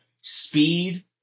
speed